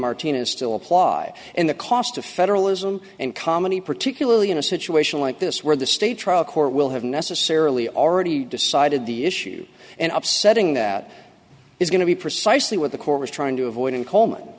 martinez still apply in the cost of federalism and commonly particularly in a situation like this where the state trial court will have necessarily already decided the issue and upsetting that is going to be precisely what the court was trying to avoid in coleman